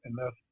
enough